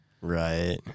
Right